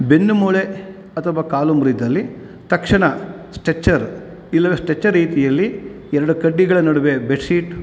ಬೆನ್ನುಮೂಳೆ ಅಥವಾ ಕಾಲು ಮುರಿದಲ್ಲಿ ತಕ್ಷಣ ಸ್ಟ್ರೆಚ್ಚರ್ ಇಲ್ಲವೇ ಸ್ಟ್ರೆಚ್ಚರ್ ರೀತಿಯಲ್ಲಿ ಎರಡು ಕಡ್ಡಿಗಳ ನಡುವೆ ಬೆಡ್ಶೀಟ್